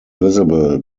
visible